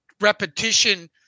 repetition